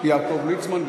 יעקב ליצמן.